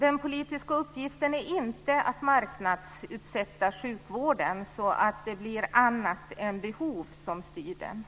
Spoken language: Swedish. Den politiska uppgiften är inte att marknadsutsätta sjukvården så att det blir annat än behov som styr den.